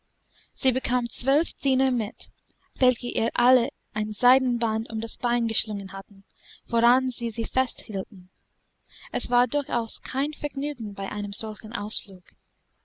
sie bekam zwölf diener mit welche ihr alle ein seidenband um das bein geschlungen hatten woran sie sie fest hielten es war durchaus kein vergnügen bei einem solchen ausflug